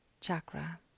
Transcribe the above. Chakra